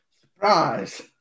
Surprise